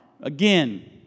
Again